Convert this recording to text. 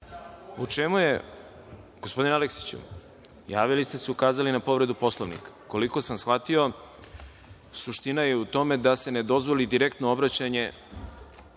Milićević** Gospodine Aleksiću, javili ste se i ukazali na povredu Poslovnika. Koliko sam shvatio, suština je u tome da se ne dozvoli direktno obraćanje,